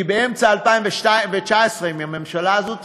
כי באמצע 2019, אם הממשלה הזאת תשרוד,